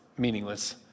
meaningless